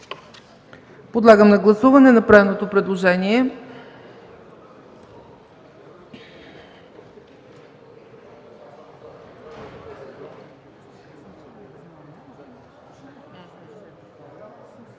Подлагам на гласуване направеното предложение.